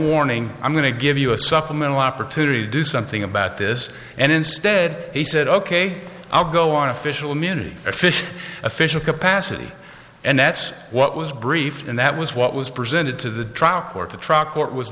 warning i'm going to give you a supplemental opportunity to do something about this and instead he said ok i'll go on official immunity or fish official passy and that's what was brief and that was what was presented to the trial court the truck court was